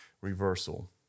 reversal